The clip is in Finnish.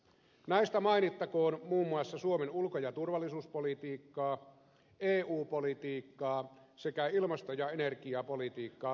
näistä mainittakoon muun muassa suomen ulko ja turvallisuuspolitiikkaa eu politiikkaa sekä ilmasto ja energiapolitiikkaa linjaavat selonteot